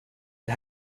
det